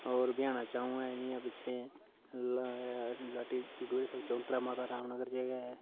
होर बियाना चौंक जियां पिच्छें लाटी डुडू चौंतरा माता रामनगर च गै ऐ